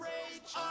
Rage